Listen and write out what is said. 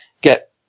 get